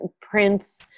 Prince